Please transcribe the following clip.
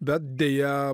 bet deja